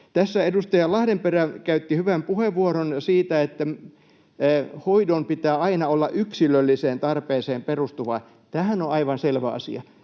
Tässä edustaja Lahdenperä käytti hyvän puheenvuoron siitä, että hoidon pitää aina olla yksilölliseen tarpeeseen perustuva. Tämähän on aivan selvä asia.